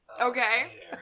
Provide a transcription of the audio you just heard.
Okay